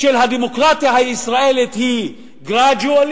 של הדמוקרטיה הישראלית היא gradually,